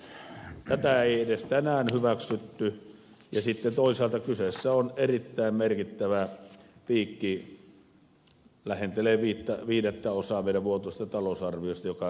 tätä ei edes tänään hyväksytty ja sitten toisaalta kyseessä on erittäin merkittävä piikki lähentelee viidettäosaa meidän vuotuisesta talousarviostamme joka näillä ratkaisuilla tehdään